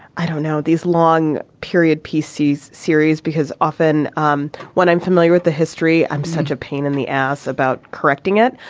i don't know these long period pieces series because often um when i'm familiar with the history, i'm such a pain in the ass about correcting it.